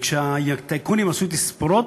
וכשהטייקונים עשו תספורות,